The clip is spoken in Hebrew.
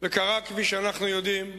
וקרה, כפי שאנחנו יודעים,